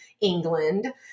England